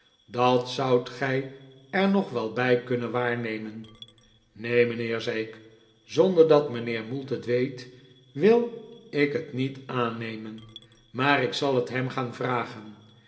dat zoudt gij er nog wel bij kunnen waarnemen neen mijnheer zei ik zonder dat mijnheer mould het weet wil ik het niet aannemen maar ik zal het hem gaan vragen